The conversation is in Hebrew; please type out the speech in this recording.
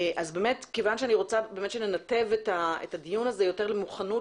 אני רוצה שננתב את הדיון הזה יותר למוכנות